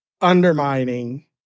undermining